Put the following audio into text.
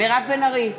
מירב בן ארי,